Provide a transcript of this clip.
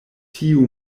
tiu